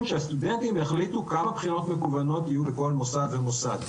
שהסטודנטים יחליטו כמה בחינות מקוונות יהיו בכל מוסד ומוסד.